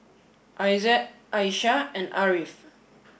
Aizat Aishah and Ariff